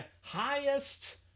highest